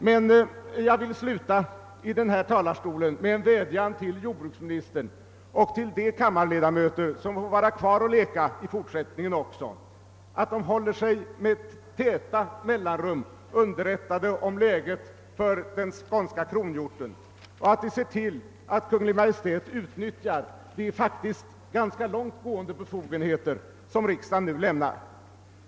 Men jag vill sluta i denna talarstol med en vädjan till jordbruksministern och till de kammarledamöter som får vara kvar och leka i fortsättningen också att de med täta mellanrum håller sig underrättade om läget för den skånska kronhjorten och att de ser till att Kungl. Maj:t utnyttjar de faktiskt ganska långt gående befogenheter som riksdagen nu lämnar.